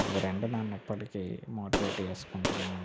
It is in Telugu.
అవి రెండు నన్ను ఎప్పటికి మోటివేట్ చేసుకుంటుఉంటాయి